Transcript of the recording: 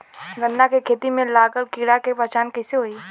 गन्ना के खेती में लागल कीड़ा के पहचान कैसे होयी?